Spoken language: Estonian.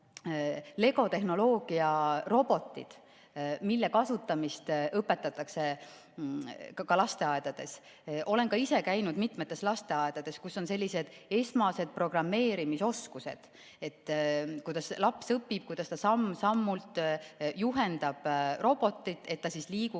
Lego tehnoloogia robotid, mille kasutamist õpetatakse ka lasteaedades. Olen ka ise käinud mitmetes lasteaedades, kus [omandatakse] sellised esmased programmeerimisoskused, laps õpib, kuidas ta samm-sammult juhendab robotit, et ta liiguks